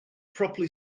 properly